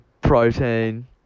protein